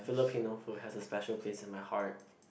Filipino food has a special place in my heart